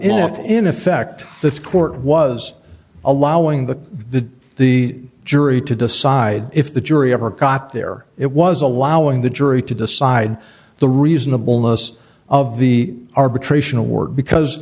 effect in effect the court was allowing the the the jury to decide if the jury ever caught their it was allowing the jury to decide the reasonableness of the arbitration award because